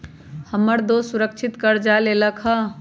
हमर दोस सुरक्षित करजा लेलकै ह